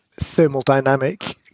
thermodynamic